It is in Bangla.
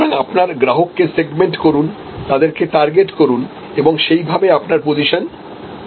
সুতরাং আপনি আপনার গ্রাহককে সেগমেন্টকরুনতাদের টার্গেট করুন এবং সেইভাবে আপনার পজিশন তৈরি করুন